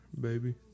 baby